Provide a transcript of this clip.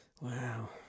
Wow